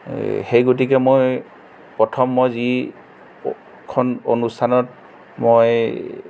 সেইগতিকে মই প্ৰথম মই যি খন অনুষ্ঠানত মই